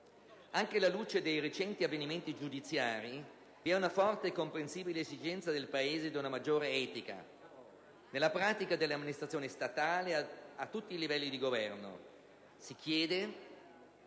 Anche alla luce dei recenti avvenimenti giudiziari, vi è una forte e comprensibile esigenza del Paese di una maggiore etica nella pratica delle amministrazioni statali, a tutti i livelli di governo. Si chiede